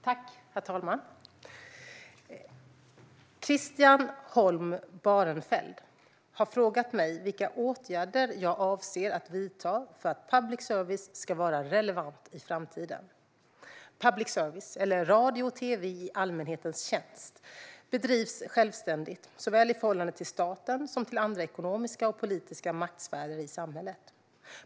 Herr talman! Christian Holm Barenfeld har frågat mig vilka åtgärder jag avser att vidta för att public service ska vara relevant i framtiden. Public service, eller radio och tv i allmänhetens tjänst, bedrivs självständigt såväl i förhållande till staten som till andra ekonomiska och politiska maktsfärer i samhället.